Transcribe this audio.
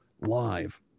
live